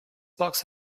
box